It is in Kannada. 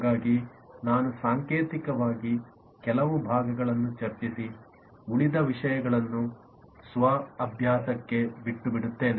ಹಾಗಾಗಿ ನಾನು ಸಾಂಕೇತಿಕವಾಗಿ ಕೆಲವು ಭಾಗಗಳನ್ನು ಚರ್ಚಿಸಿ ಉಳಿದ ವಿಷಯಗಳನ್ನು ಸ್ವ ಅಭ್ಯಾಸಕ್ಕೆ ಬಿಟ್ಟು ಬಿಡುತ್ತೇನೆ